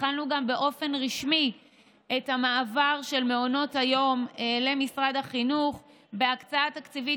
התחלנו גם באופן רשמי את המעבר של מעונות היום למשרד החינוך בהקצאה תקציבית